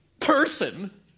person